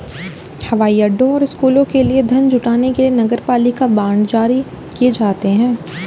हवाई अड्डों और स्कूलों के लिए धन जुटाने के लिए नगरपालिका बांड जारी किए जाते हैं